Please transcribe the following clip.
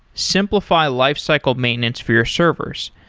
simplify lifecycle maintenance for your servers.